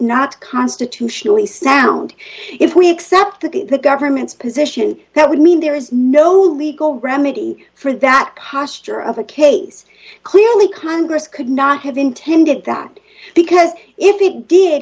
not constitutionally sound if we accept the government's position that would mean there is no legal remedy for that posture of a case clearly congress could not have intended that because if it did